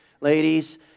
ladies